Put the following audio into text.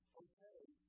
okay